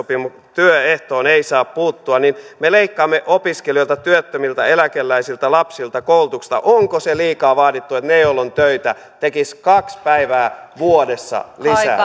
työehtoon ei saa puuttua että me leikkaamme opiskelijoilta työttömiltä eläkeläisiltä lapsilta koulutuksesta onko se liikaa vaadittu että ne joilla on töitä tekisivät kaksi päivää vuodessa